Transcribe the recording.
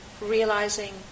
realizing